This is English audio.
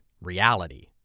reality